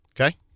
Okay